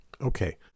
Okay